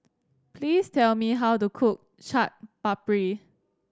please tell me how to cook Chaat Papri